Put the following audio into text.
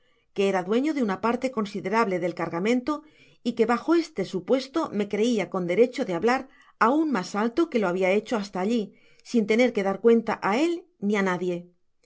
que era dueño de una parte considerable del cargamento f que bajo este supuesto me creia con derecho de hablar aun mas alto que lo habia hecho hasta alli sin tener que dar cuenta á él ni á nadie ya